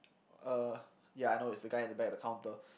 uh ya I know it's the guy at the back at the counter